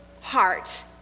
heart